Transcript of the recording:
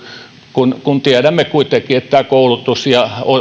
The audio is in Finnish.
kun kun tiedämme kuitenkin että koulutus ja